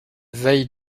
veille